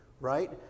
right